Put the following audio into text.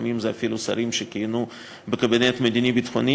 לפעמים אלה אפילו שרים שכיהנו בקבינט המדיני-ביטחוני